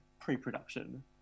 pre-production